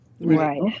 Right